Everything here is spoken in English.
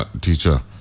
teacher